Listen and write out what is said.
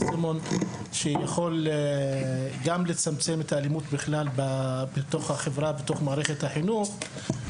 וזה שהוא יכול גם לצמצם את האלימות בכלל בתוך החברה ובמערכת החינוך.